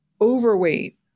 overweight